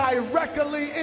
directly